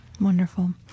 Wonderful